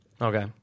Okay